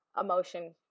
emotion